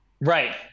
right